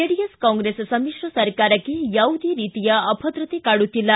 JDS Congress ಸಮಿಶ್ರ ಸರ್ಕಾರಕ್ಕೆ ಯಾವುದೇ ರೀತಿಯ ಅಭದ್ರತೆ ಕಾಡುತ್ತಿಲ್ಲ